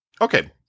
Okay